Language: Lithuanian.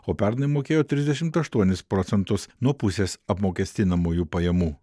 o pernai mokėjo trisdešimt aštuonis procentus nuo pusės apmokestinamųjų pajamų